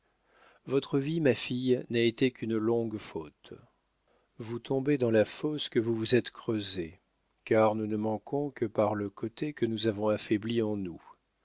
votre vie ma fille n'a été qu'une longue faute vous tombez dans la fosse que vous vous êtes creusée car nous ne manquons que par le côté que nous avons affaibli en nous